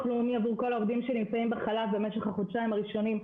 לאומי עבור כל העובדים שנמצאים בחל"ת במשך החודשיים הראשונים.